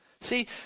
See